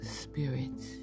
spirits